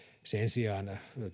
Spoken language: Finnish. sen sijaan